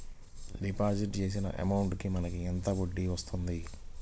Deposit చేసిన amount కి మనకి ఎంత వడ్డీ వస్తుంది?